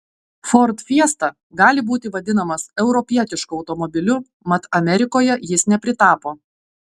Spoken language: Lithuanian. ford fiesta gali būti vadinamas europietišku automobiliu mat amerikoje jis nepritapo